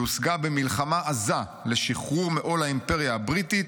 היא הושגה במלחמה עזה לשחרור מעול האימפריה הבריטית,